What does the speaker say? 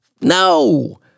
No